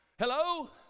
Hello